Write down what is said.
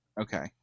Okay